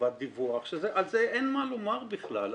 מחובת דיווח, שעל זה אין מה לומר בכלל.